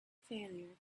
failure